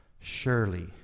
surely